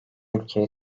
ülkeyi